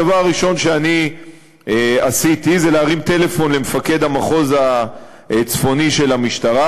הדבר הראשון שאני עשיתי זה להרים טלפון למפקד המחוז הצפוני של המשטרה,